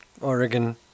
Oregon